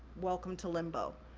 welcome to limbo.